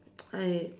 eh